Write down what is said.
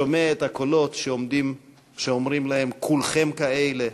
שומע את הקולות שאומרים להם "כולכם כאלה",